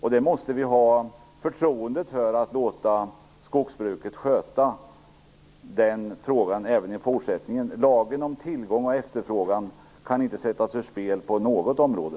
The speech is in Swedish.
Vi måste ge skogsbruket förtroendet att sköta den frågan även i fortsättningen. Lagen om tillgång och efterfrågan kan inte sättas ur spel på något område.